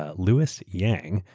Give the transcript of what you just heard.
ah louis yang,